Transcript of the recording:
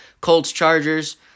Colts-Chargers